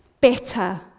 better